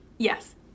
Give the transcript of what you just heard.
Yes